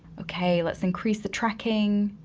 okay, let's increase the tracking,